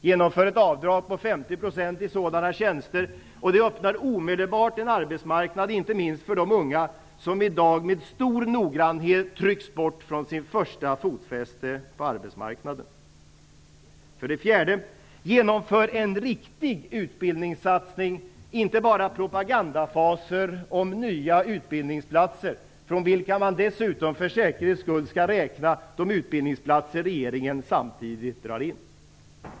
Genomför ett avdrag på 50 % på sådana tjänster! Det öppnar omedelbart en arbetsmarknad inte minst för de unga som i dag med stor noggrannhet trycks bort från sitt första fotfäste på arbetsmarknaden. För det fjärde. Genomför en riktig utbildningssatsning och kom inte bara med propagandafraser om nya utbildningsplatser, från vilka man dessutom för säkerhets skull skall räkna de utbildningsplatser regeringen samtidigt drar in!